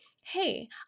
hey